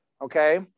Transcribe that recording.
okay